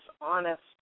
honest